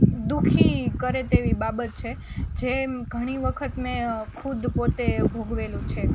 દુ ખી કરે તેવી બાબત છે જેમ ઘણી વખત મેં ખુદ પોતે ભોગવેલું છે